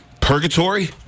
purgatory